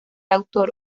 autor